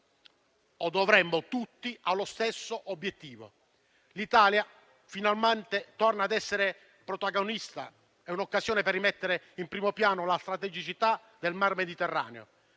lo dovremmo fare tutti - allo stesso obiettivo. L'Italia finalmente torna ad essere protagonista. È un'occasione per rimettere in primo piano la strategicità del mar Mediterraneo.